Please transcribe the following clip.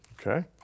Okay